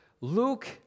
Luke